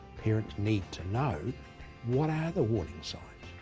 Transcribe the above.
parents need to know what are the warning signs?